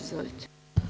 Izvolite.